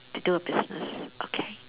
to do a business okay